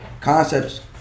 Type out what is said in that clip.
concepts